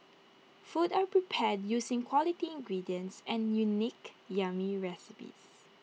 food are prepared using quality ingredients and unique yummy recipes